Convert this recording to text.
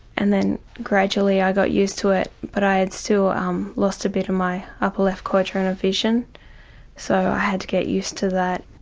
and then gradually i got used to it but i had still um lost a bit of my upper left quadrant of vision so i had to get used to that.